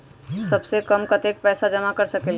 सबसे कम कतेक पैसा जमा कर सकेल?